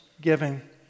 giving